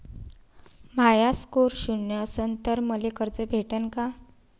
माया score शून्य असन तर मले कर्ज भेटन का?